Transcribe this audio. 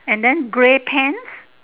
and then grey pants